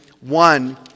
one